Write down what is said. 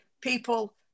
people